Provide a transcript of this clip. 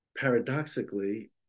paradoxically